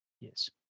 Yes